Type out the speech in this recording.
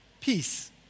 peace